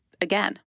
again